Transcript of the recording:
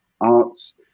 arts